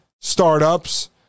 startups